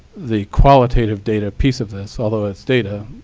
the qualitative data piece of this, although it's data,